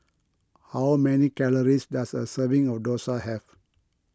how many calories does a serving of Dosa have